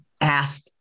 ask